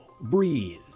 breathe